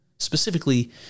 Specifically